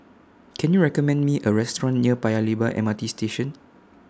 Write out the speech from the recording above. Can YOU recommend Me A Restaurant near Paya Lebar M R T Station